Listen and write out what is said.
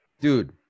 Dude